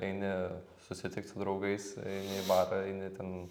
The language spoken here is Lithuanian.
eini susitikt su draugais eini į barą eini ten